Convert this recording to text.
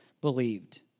believed